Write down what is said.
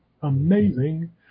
Amazing